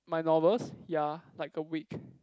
my novels ya like a week